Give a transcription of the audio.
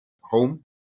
home